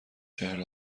چهل